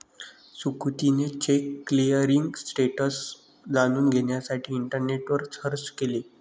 सुकृतीने cheque clearing status जाणून घेण्यासाठी इंटरनेटवर सर्च केले